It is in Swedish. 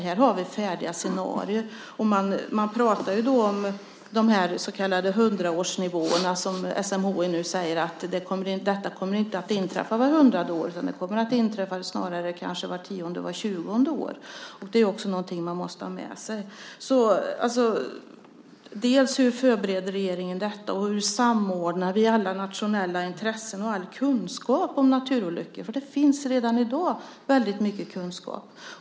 Här har vi alltså färdiga scenarier. Man pratar om de så kallade 100-årsnivåerna. Men SMHI säger nu att de nivåerna inte kommer att inträffa vart hundrade år utan snarare kanske vart tionde eller tjugonde år. Också det är någonting som man måste ha med sig. Hur förbereder alltså regeringen detta? Hur samordnar vi alla nationella intressen och all kunskap om naturolyckor - redan i dag finns det väldigt mycket kunskap?